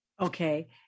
Okay